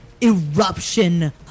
eruption